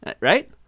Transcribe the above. right